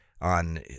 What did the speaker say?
on